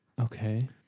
Okay